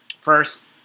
first